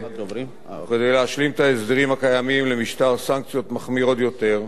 וכדי להשלים את ההסדרים הקיימים למשטר סנקציות מחמירות ביותר,